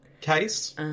case